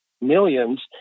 millions